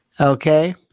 Okay